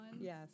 Yes